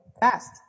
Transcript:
fast